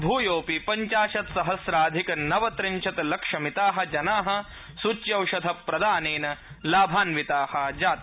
भूयोऽपि पञ्चाशत्सहस्राधिक नवत्रिंशत् लक्षमिताः जना सूच्यौषधप्रदानेन लाभान्विता जाता